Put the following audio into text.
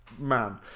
man